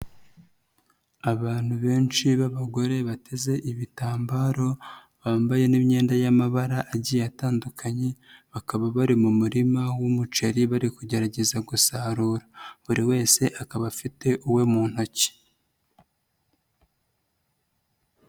Abantu benshi b'abagore bateze ibitambaro bambaye n'iyenda y'amabara agiye atandukanye, bakaba bari mu murima w'umuceri bari kugerageza gusarura, buri wese akaba afite uwe mu ntoki.